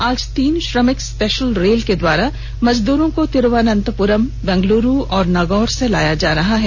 आज तीन श्रमिक स्पेषल रेल के द्वारा मजदूरों को तिरूवन्तपुरम बैंगलूरू और नागौर से लाया जा रहा है